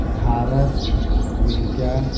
Bharat America